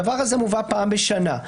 הדבר הזה מובא פעם בשנה.